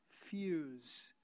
fuse